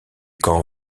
champ